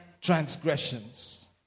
transgressions